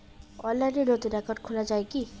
অনলাইনে নতুন একাউন্ট খোলা য়ায় কি?